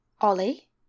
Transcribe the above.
Ollie